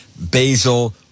basil